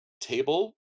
table